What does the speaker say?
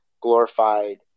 glorified